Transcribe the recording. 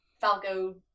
falco